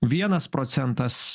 vienas procentas